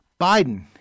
Biden